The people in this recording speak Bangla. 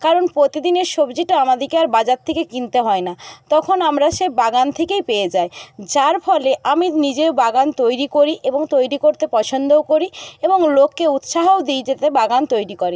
কারণ প্রতিদিনের সবজিটা আমাদেরকে আর বাজার থেকে কিনতে হয় না তখন আমরা সেই বাগান থেকেই পেয়ে যাই যার ফলে আমি নিজেও বাগান তৈরি করি এবং তৈরি করতে পছন্দও করি এবং লোককে উৎসাহও দিই যাতে বাগান তৈরি করে